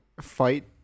fight